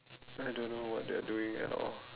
I don't know what they're doing at all